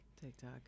TikTok